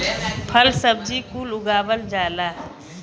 फल सब्जी कुल उगावल जाला